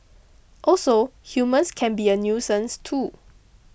also humans can be a nuisance too